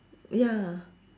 ya